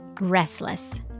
restless